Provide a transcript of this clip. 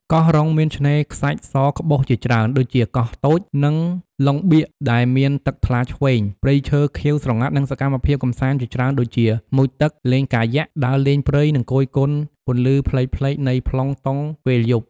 កោះរុងមានឆ្នេរខ្សាច់សក្បុសជាច្រើន ដូចជា កោះតូច និងឡុងបៀក ដែលមានទឹកថ្លាឈ្វេង ព្រៃឈើខៀវស្រងាត់ និងសកម្មភាពកម្សាន្តជាច្រើនដូចជា មុជទឹក លេងកាយ៉ាក ដើរលេងព្រៃ និងគយគន់ពន្លឺផ្លេកៗនៃប្លង់តុងពេលយប់។